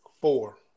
Four